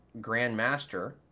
grandmaster